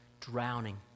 drowning